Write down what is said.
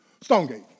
Stonegate